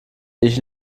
ich